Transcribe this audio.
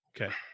Okay